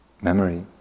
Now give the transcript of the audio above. memory